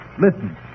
Listen